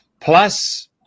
plus